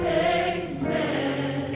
amen